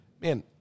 man